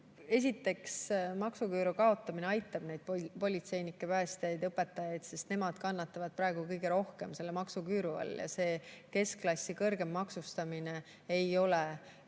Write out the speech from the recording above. Esiteks, maksuküüru kaotamine aitab politseinikke, päästjaid ja õpetajaid, sest nemad kannatavad praegu kõige rohkem selle maksuküüru all, ja see keskklassi kõrgem maksustamine ei ole kuidagi